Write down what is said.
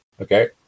okay